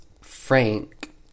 Frank